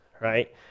right